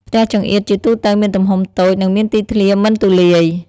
ផ្ទះចង្អៀតជាទូទៅមានទំហំតូច និងមានទីធ្លាមិនទូលាយ។